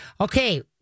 Okay